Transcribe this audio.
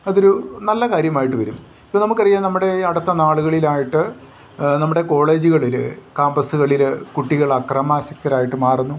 അതൊരു നല്ല കാര്യമായിട്ട് വരും ഇപ്പം നമുക്കറിയാം നമ്മുടെ ഈ അടുത്ത നാളുകളിലായിട്ട് നമ്മുടെ കോളേജുകളിൽ കാമ്പസുകളിൽ കുട്ടികളക്രമാസക്തരായിട്ടു മാറുന്നു